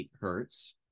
hertz